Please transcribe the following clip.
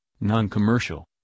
Non-Commercial